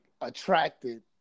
attracted